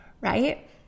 right